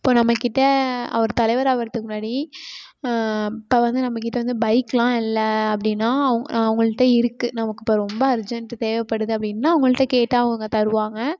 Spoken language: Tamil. இப்போ நம்ம கிட்ட அவர் தலைவர் ஆவறதுக்கு முன்னாடி இப்போ வந்து நம்ம கிட்ட வந்து பைக்கெலாம் இல்லை அப்படின்னா அவங்கள்கிட்ட இருக்குது நமக்கு இப்போ ரொம்ப அர்ஜெண்ட்டு தேவைப்படுது அப்படின்னா அவங்கள்கிட்ட கேட்டால் அவங்க தருவாங்க